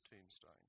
tombstone